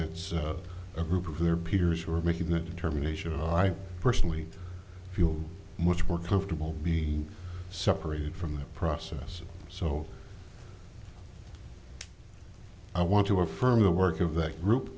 it's a group of their peers who are making that determination i personally feel much more comfortable be separated from the process so i want to affirm the work of the group